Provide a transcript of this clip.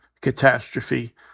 catastrophe